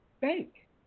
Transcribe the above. bank